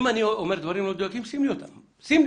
אם אני אומר דברים לא מדויקים שים לי אותם בפנים.